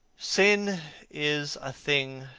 sin is a thing